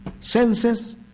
senses